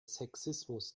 sexismus